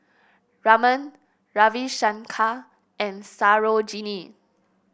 Raman Ravi Shankar and Sarojini